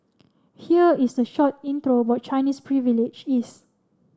here is a short intro what Chinese Privilege is